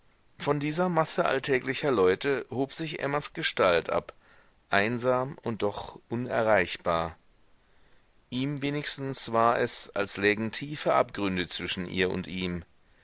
von dieser masse alltäglicher leute hob sich emmas gestalt ab einsam und doch unerreichbar ihm wenigstens war es als lägen tiefe abgründe zwischen ihr und ihm